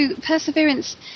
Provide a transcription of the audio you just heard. perseverance